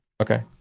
okay